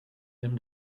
them